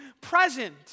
present